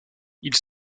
ils